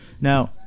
Now